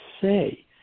say